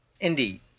Indeed